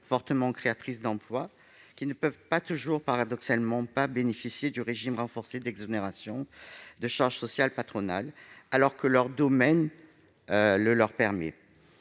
fortement créatrices d'emploi, ne peuvent pas toujours, paradoxalement, bénéficier du régime renforcé d'exonération de charges sociales patronales, alors que leur domaine d'activité